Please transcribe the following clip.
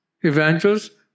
evangelists